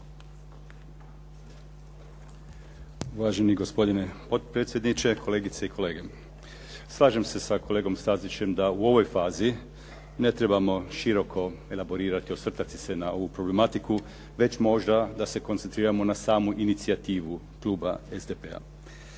Uvaženi gospodine potpredsjedniče, kolegice i kolege. Slažem se sa kolegom Stazićem da u ovoj fazi ne trebamo široko elaborirati i osvrtati se na ovu problematiku, već možda da se koncentriramo na samu inicijativu kluba SDP-a.